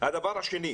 דבר שני,